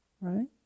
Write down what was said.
Right